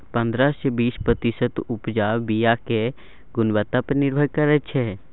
पंद्रह सँ बीस प्रतिशत उपजा बीयाक गुणवत्ता पर निर्भर करै छै